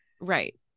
Right